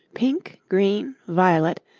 pink, green, violet,